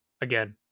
again